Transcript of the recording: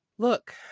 look